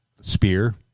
spear